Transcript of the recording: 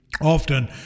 often